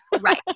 Right